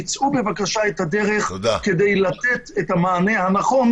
מצאו בבקשה את הדרך כדי לתת את המענה הנכון,